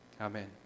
Amen